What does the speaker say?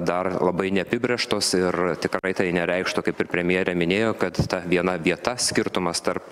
dar labai neapibrėžtos ir tikrai tai nereikštų kaip ir premjerė minėjo kad ta viena vieta skirtumas tarp